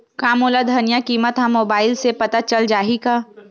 का मोला धनिया किमत ह मुबाइल से पता चल जाही का?